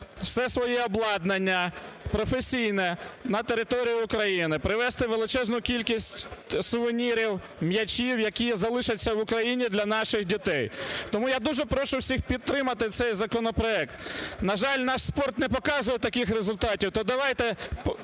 все своє обладнання професійне на територію України. Привезти величезну кількість сувенірів, м'ячів, які залишаться в Україні для наших дітей. Тому я дуже прошу підтримати цей законопроект, на жаль, наш спорт не показував таких результатів, то давайте…